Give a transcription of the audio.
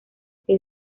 que